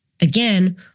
Again